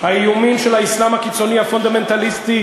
האיומים של האסלאם הקיצוני הפונדמנטליסטי,